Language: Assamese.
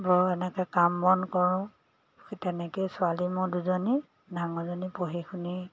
বৰ এনেকৈ কাম বন কৰোঁ সেই তেনেকেই ছোৱালী মোৰ দুজনী ডাঙৰজনী পঢ়ি শুনি